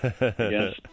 Yes